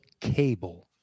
cable